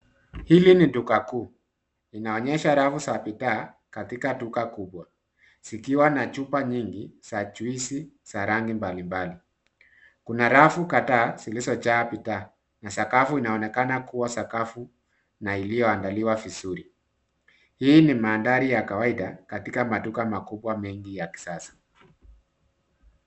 Hili ni duka kuu linaonyesha rafu za bidhaa, katika duka kubwa zikiwa na chupa nyingi za juisi za rangi mbali mbali. Kuna rafu kadhaa zilizojaa bidhaa na sakafu inaonekana kuwa sakafu na iliyo andaliwa vizuri. Hii ni mandhari ya kawaida, katika maduka makubwa mengi ya kisasa.